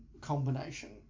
combination